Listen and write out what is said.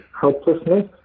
helplessness